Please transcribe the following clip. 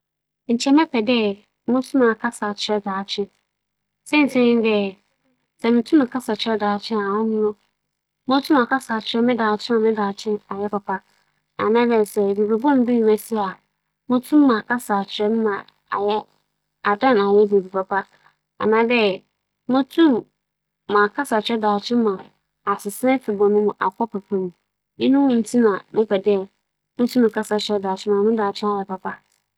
Mebɛpɛ dɛ menye daakye mba bɛkasa kyɛn dɛ menye hͻn a wͻaba kͻ bɛkasa. Siantsir nye dɛ, daakye nye dza yɛper kohu mbom dza etwa mu dze, nna etwa mu ewie dɛm ntsi hͻn a wͻrobͻwo hͻn daakye bi no, hͻn na mebɛpɛ dɛ menye hͻn bɛkasa na suahu a mowͻ no, medze ama hͻn ama hͻn abrabͻ no, no bͻ annyɛ hͻn dzen.